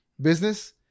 business